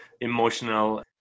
emotional